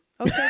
okay